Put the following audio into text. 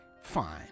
fine